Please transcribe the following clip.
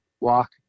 walk